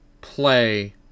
play